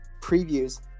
previews